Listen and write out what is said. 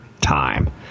time